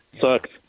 Sucks